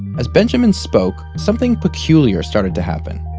as benjamin spoke, something peculiar started to happen.